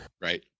Right